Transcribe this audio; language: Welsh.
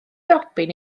robin